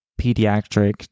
pediatric